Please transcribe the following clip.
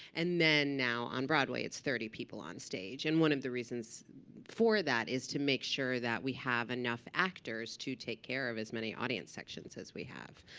and then now on broadway it's thirty people on stage. and one of the reasons for that is to make sure that we have enough actors to take care of as many audience sections as we have.